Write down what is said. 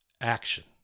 action